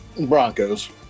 Broncos